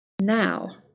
Now